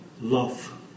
love